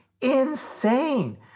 insane